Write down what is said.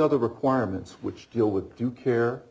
other requirements which deal with due care